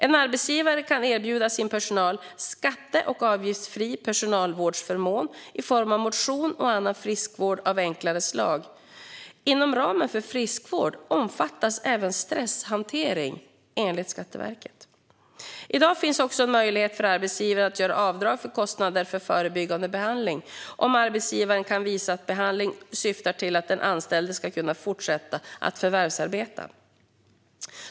En arbetsgivare kan erbjuda sin personal skatte och avgiftsfri personalvårdsförmån i form av motion och annan friskvård av enklare slag. Inom ramen för friskvård omfattas även stresshantering enligt Skatteverket. I dag finns också en möjlighet för arbetsgivare att göra avdrag för kostnader för förebyggande behandling om arbetsgivaren kan visa att behandlingen syftar till att den anställde ska kunna fortsätta att förvärvsarbeta.